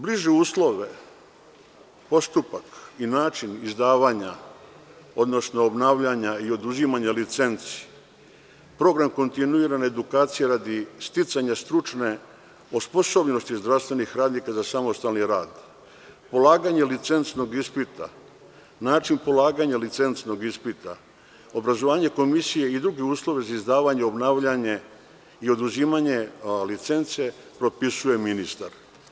Bliže uslove, postupak i način izdavanja, odnosno obnavljanja i oduzimanja licenci, program kontinuirane edukacije radi sticanja stručne osposobljenosti zdravstvenih radnika za samostalni rad, polaganje licencnog ispita, način polaganja licencnog ispita, obrazovanje komisije i dublje uslove za izdavanje, obnavljanje i oduzimanje licence propisuje ministar.